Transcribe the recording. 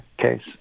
case